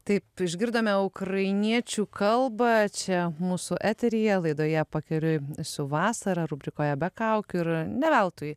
taip išgirdome ukrainiečių kalbą čia mūsų eteryje laidoje pakeliui su vasara rubrikoje be kaukių ir ne veltui